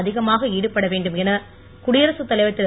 அதிகமாக ஈடுபட வேண்டும் என குடியரகத் தலைவர் திரு